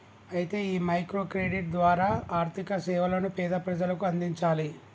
అయితే ఈ micro credit ద్వారా ఆర్థిక సేవలను పేద ప్రజలకు అందించాలి